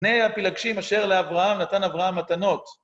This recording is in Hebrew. לבני הפלגשים אשר לאברהם נתן אברהם מתנות.